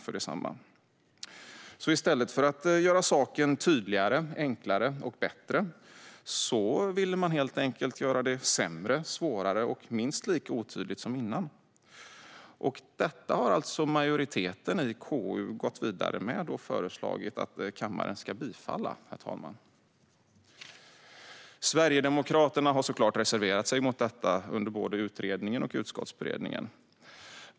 I stället för att göra saken tydligare, enklare och bättre ville man helt enkelt göra det sämre, svårare och minst lika otydligt som innan. Detta har alltså majoriteten i KU gått vidare med och föreslagit att kammaren ska bifalla. Sverigedemokraterna har såklart reserverat sig mot detta både under utredningen och under utskottsberedningen.